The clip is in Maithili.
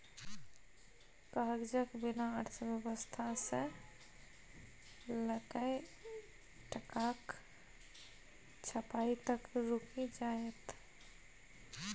कागजक बिना अर्थव्यवस्था सँ लकए टकाक छपाई तक रुकि जाएत